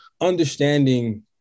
understanding